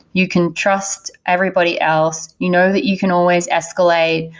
you can trust everybody else. you know that you can always escalate.